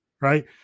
right